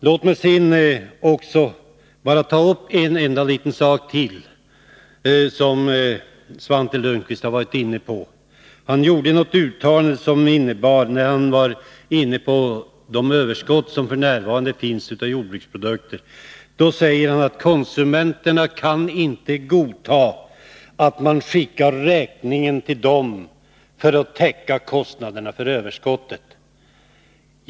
Låt mig sedan ta upp något som Svante Lundkvist var inne på. Han talade om det överskott av jordbruksprodukter som f.n. finns och sade att konsumenterna inte kan godta att det skickas en räkning till dem för att kostnaderna för överskottet skall täckas.